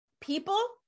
People